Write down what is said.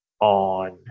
on